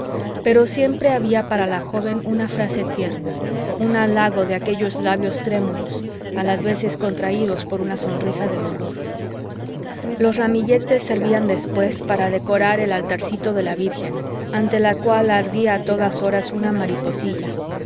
pero siempre había para la joven una frase tierna un halago de aquellos labios trémulos a las veces contraídos por una sonrisa de dolor los ramilletes servían después para decorar el altarcito de la virgen ante la cual ardía a todas horas una mariposilla